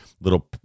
little